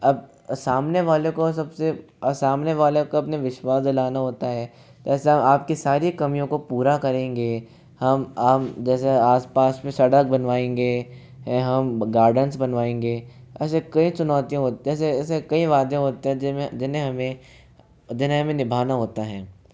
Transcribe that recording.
अब सामने वाले को सबसे सामने वाले को अपना विश्वास दिलाना होता है ऐसा आपकी सारी कमियों को पूरा करेंगे हम हम जैसे आसपास में सड़क बनवाएँगे हम गार्डेंस बनवाएँगे ऐसे कईं चुनौतियाँ होती हैं जैसे ऐसे कईं वादे होते हैं जिन्हें हमें जिन्हें हमें निभाना होता है